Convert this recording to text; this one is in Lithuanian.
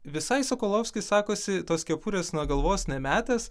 visai sokolovskis sakosi tos kepurės nuo galvos nemetęs